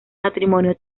matrimonio